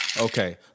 Okay